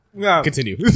Continue